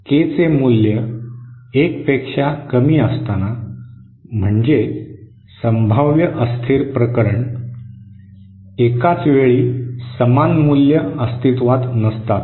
के चे मूल्य एक पेक्षा कमी असताना म्हणजे संभाव्य अस्थिर प्रकरण एकाचवेळी समान मूल्य अस्तित्त्वात नसतात